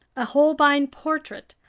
a holbein portrait,